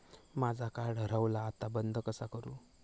माझा कार्ड हरवला आता बंद कसा करू?